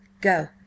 Go